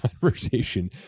conversation